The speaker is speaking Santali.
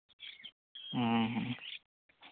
ᱦᱮᱸ ᱦᱮᱸ